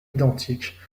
identiques